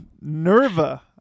nerva